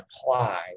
apply